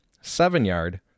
seven-yard